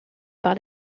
par